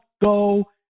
go